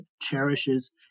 cherishes